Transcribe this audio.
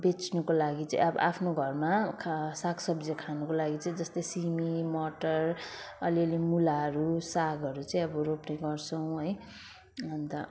बेच्नुको लागि चाहिँ अब आफ्नो घरमा खा सागसब्जी खानुको लागि चाहिँ जस्तै सिमी मटर अलिअलि मुलाहरू सागहरू चाहिँ अब रोप्ने गर्छौँ है अन्त